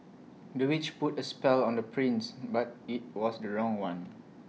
the witch put A spell on the prince but IT was the wrong one